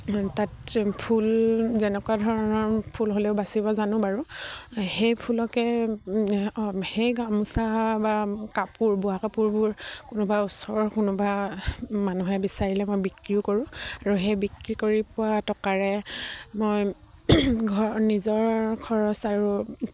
তাঁত ফুল যেনেকুৱা ধৰণৰ ফুল হ'লেও বাচিব জানো বাৰু সেই ফুলকে সেই গামোচা বা কাপোৰ বোৱা কাপোৰবোৰ কোনোবা ওচৰৰ কোনোবা মানুহে বিচাৰিলে মই বিক্ৰীও কৰোঁ আৰু সেই বিক্ৰী কৰি পোৱা টকাৰে মই ঘৰ নিজৰ খৰচ আৰু